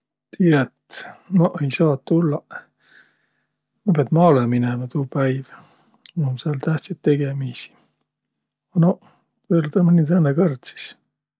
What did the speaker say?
Ku ma lövvä rahakoti, sis ma anna tuu, tähendäs, ma otsi säält rahakotist määnestki nimme, telefoninummõrd, proovi sinnäq kõlistaq.